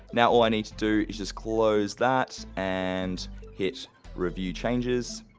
now all i need to do is just close that and hit review changes,